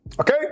Okay